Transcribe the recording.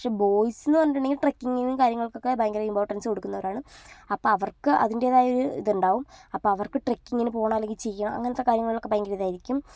പക്ഷേ ബോയ്സെന്ന് പറഞ്ഞിട്ടുണ്ടെങ്കിൽ ട്രക്കിങ്ങിലും കാര്യങ്ങൾക്കൊക്കെ ഭയങ്കര ഇംപോർട്ടൻസ് കൊടുക്കുന്നവരാണ് അപ്പോൾ അവർക്ക് അതിൻറ്റേതായ ഒരു ഇതുണ്ടാകും അപ്പോൾ അവർക്ക് ട്രക്കിങ്ങിനു പോകണം അല്ലെങ്കിൽ ചെയ്യണം അങ്ങനത്തെ കാര്യങ്ങളൊക്കെ ഭയങ്കര ഇതായിരിക്കും